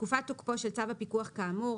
בתקופת תוקפו של צו הפיקוח כאמור,